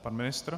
Pan ministr?